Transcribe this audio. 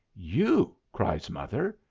you! cries mother.